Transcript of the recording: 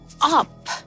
up